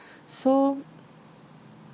so